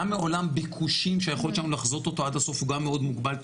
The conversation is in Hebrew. גם מעולם ביקושים שהיכולת שלנו לחזות אותו עד הסוף הוא גם מאוד מוגבל.